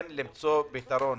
כן למצוא פתרון.